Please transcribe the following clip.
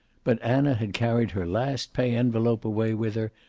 but anna had carried her last pay envelope away with her,